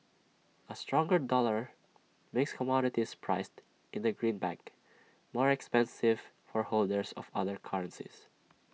A stronger dollar makes commodities priced in the greenback more expensive for holders of other currencies